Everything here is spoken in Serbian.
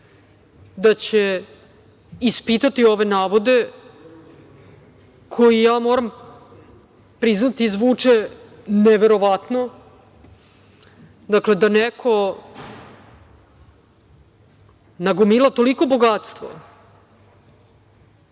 da će ispitati ove navode koje, ja moram priznati, zvuče neverovatno, da neko nagomila toliko bogatstvo